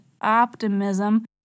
optimism